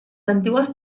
antiguas